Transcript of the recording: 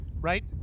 right